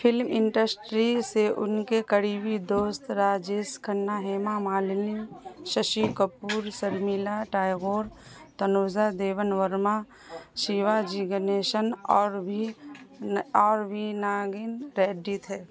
film industry سے ان کے قریبی دوست راجیش کھنا ہیما مالنی ششی کپور شرمیلا ٹیگور تنوجا دیون ورما شیوا جی گنیسن اور بھی اور بی ناگن ریڈی تھے